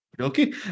Okay